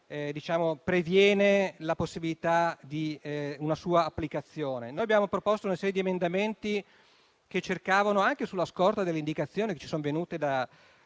previene la possibilità di una sua applicazione. Noi abbiamo proposto una serie di emendamenti, anche sulla scorta delle indicazioni che ci sono venute da